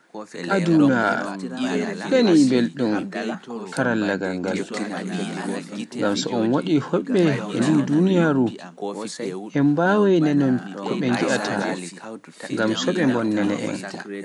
Aduna ina weltii e ngal karallaagal, so un waɗi hoɓɓe a ndu duniyaaru, en bawai nanon ko ɓe ngiyaata, ngam so ɓe bonnana en.